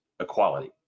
equality